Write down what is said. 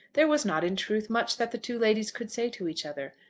there was not, in truth, much that the two ladies could say to each other.